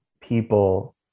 people